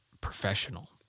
professional